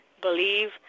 believe